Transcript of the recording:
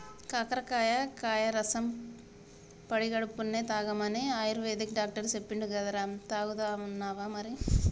కాకరకాయ కాయ రసం పడిగడుపున్నె తాగమని ఆయుర్వేదిక్ డాక్టర్ చెప్పిండు కదరా, తాగుతున్నావా మరి